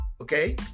okay